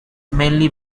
mainly